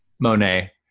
Monet